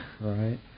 right